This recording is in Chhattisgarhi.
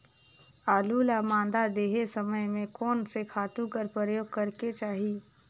आलू ल मादा देहे समय म कोन से खातु कर प्रयोग करेके चाही?